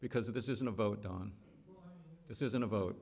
because this isn't a vote on this isn't a vote